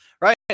Right